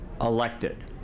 elected